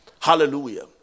Hallelujah